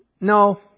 No